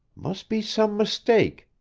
must be some mistake!